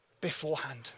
beforehand